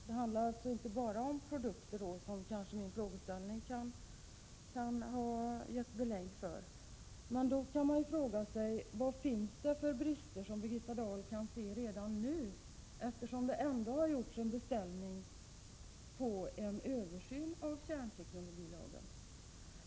Det handlar alltså inte bara om produkter, som min fråga kanske kan ha gett intryck av. Men då kan man ju fråga sig vad det finns för brister som Birgitta Dahl redan nu kan se, eftersom det ändå har gjorts en beställning av en översyn av kärnteknologilagen.